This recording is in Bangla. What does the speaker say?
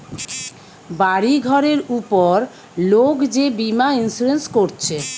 বাড়ি ঘরের উপর লোক যে বীমা ইন্সুরেন্স কোরছে